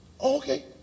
okay